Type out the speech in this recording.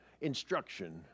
instruction